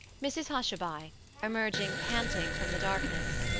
mrs hushabye emerging panting from the darkness.